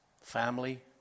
family